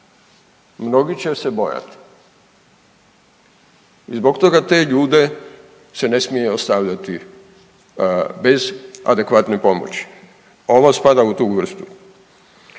mnogi će se bojati i zbog toga te ljude se ne smije ostavljati bez adekvatne pomoći, ovo spada u tu vrstu.